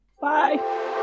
Bye